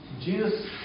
Jesus